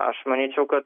aš manyčiau kad